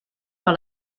par